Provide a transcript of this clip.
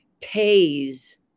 pays